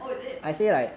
oh is it